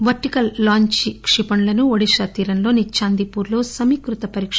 ఈ vertical launch క్షిపణులను ఒడిశా తీరంలోని చాందీపూర్లో సమీకృత పరీక